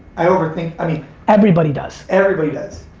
i overthink. i mean everybody does. everybody does.